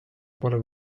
pole